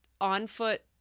on-foot